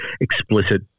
explicit